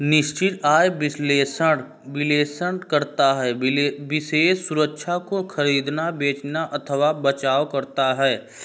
निश्चित आय विश्लेषक विश्लेषण करता है विशेष सुरक्षा को खरीदना, बेचना अथवा बचाव करना है